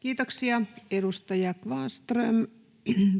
Kiitoksia. — Edustaja Kvarnström